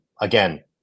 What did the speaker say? Again